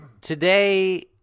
Today